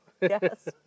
Yes